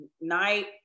night